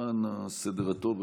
למען הסדר הטוב,